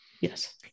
Yes